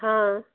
हाँ